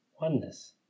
oneness